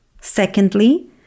Secondly